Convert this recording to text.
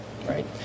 right